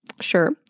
sure